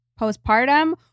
postpartum